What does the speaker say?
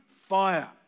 fire